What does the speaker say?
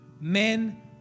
Men